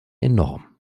enorm